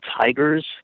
tigers